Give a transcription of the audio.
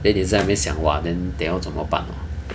then 你在那边想 !wah! then 要怎么办